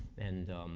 and